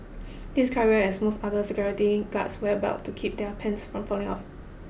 this is quite rare as most other security guards wear belts to keep their pants from falling down